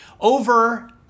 Over